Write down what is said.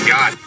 God